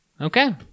Okay